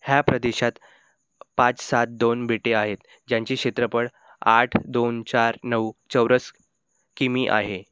ह्या प्रदेशात पाच सात दोन बेटे आहेत ज्यांचे क्षेत्रफळ आठ दोन चार नऊ चौरस किमी आहे